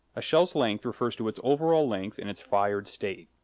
a shell's length refers to its overall length in its fired state.